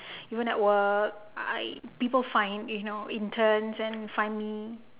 even at work I people find you know interns and find me